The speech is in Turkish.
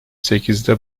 sekizde